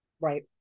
right